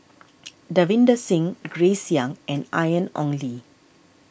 Davinder Singh Grace Young and Ian Ong Li